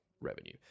revenue